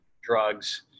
drugs